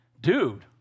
dude